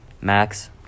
Max